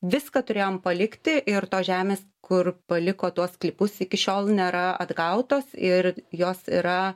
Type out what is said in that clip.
viską turėjom palikti ir tos žemės kur paliko tuos sklypus iki šiol nėra atgautos ir jos yra